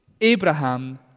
Abraham